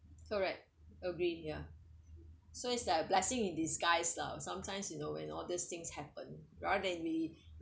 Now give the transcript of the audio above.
correct agree ya so it's like blessing in disguise lah sometimes you know when all these things happen rather than we